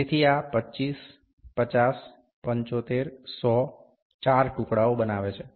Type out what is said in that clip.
તેથી આ 25 50 75 100 ચાર ટુકડાઓ બનાવે છે